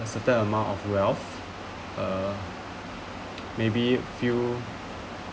a certain amount of wealth uh maybe few